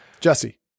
Jesse